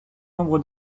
nombre